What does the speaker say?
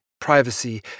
privacy